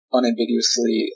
Unambiguously